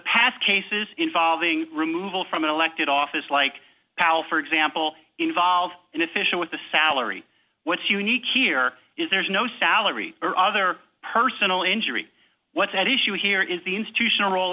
past cases involving removal from an elected office like cal for example involve an official with the salary what's unique here is there's no salary or other personal injury what's at issue here is the institutional rol